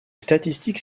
statistiques